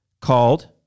called